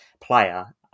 player